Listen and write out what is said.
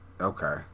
okay